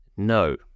No